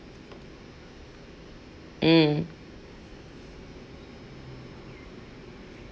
mm